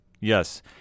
Yes